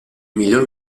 miglior